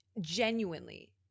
genuinely